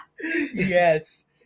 yes